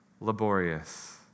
laborious